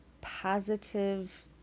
positive